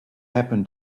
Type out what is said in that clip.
happen